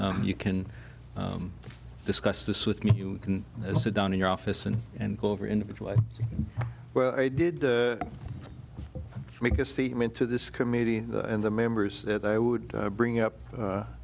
you can discuss this with me you can sit down in your office and and go over individually well i did make a statement to this committee and the members that i would bring up